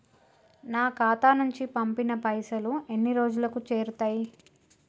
నా ఖాతా నుంచి పంపిన పైసలు ఎన్ని రోజులకు చేరుతయ్?